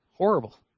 Horrible